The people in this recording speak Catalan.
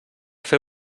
fer